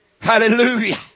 Hallelujah